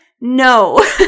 No